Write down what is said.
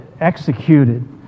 executed